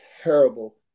terrible